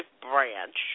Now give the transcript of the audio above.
branch